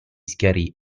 schiarì